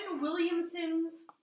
Williamson's